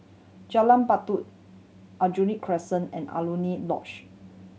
Jalan Batu Aljunied Crescent and Alaunia Lodge